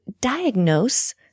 diagnose